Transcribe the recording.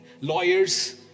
lawyers